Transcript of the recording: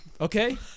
Okay